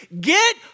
Get